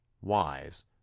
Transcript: wise